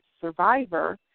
survivor